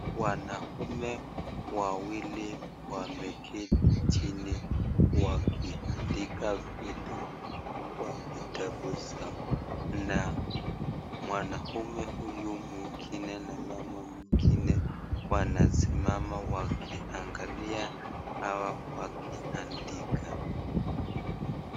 Wanaume wawili wameketi chini wakiandika vitu kwa vitabu zao na mwanaume huyu mwingine na mama mwingine wanasimama wakiangalia hawa wakiandika.